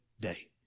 day